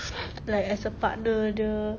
like as a partner dia